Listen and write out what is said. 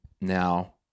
now